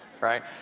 right